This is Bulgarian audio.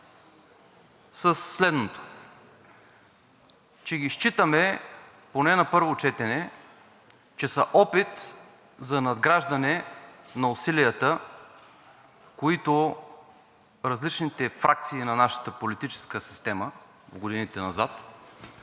следното, че считаме поне на първо четене, че са опит за надграждане на усилията, които различните фракции на нашата политическа система в годините назад